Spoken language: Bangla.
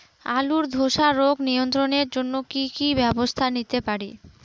আলুর ধ্বসা রোগ নিয়ন্ত্রণের জন্য কি কি ব্যবস্থা নিতে পারি?